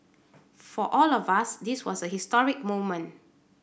for all of us this was a historic moment